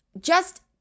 just-